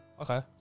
Okay